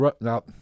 Now